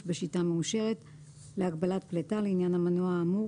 בשיטה מאושרת להגבלת פליטה לעניין המנוע האמור,